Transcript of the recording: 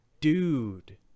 dude